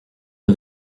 for